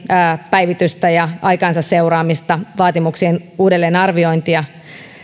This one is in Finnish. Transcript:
päivitystä aikansa seuraamista ja vaatimuksien uudelleenarviointia